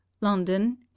London